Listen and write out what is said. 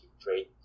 trade